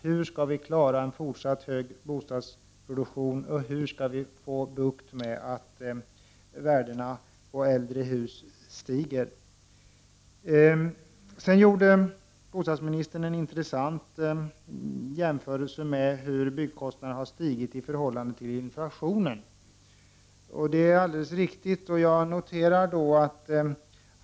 Hur skall vi klara en fortsatt hög bostadsproduktion? Hur skall vi få bukt med de stigande värdena på äldre hus? Bostadsministern gjorde en intressant jämförelse mellan hur mycket byggkostnaderna har stigit i förhållande till inflationen. Det är alldeles riktigt att göra en sådan jämförelse.